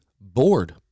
bored